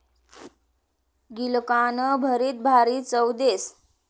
गिलकानं भरीत भारी चव देस